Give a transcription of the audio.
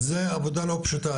זה עבודה לא פשוטה,